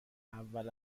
اول